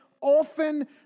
often